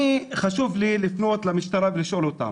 חשוב לי לפנות למשטרה ולשאול אותם: